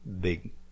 big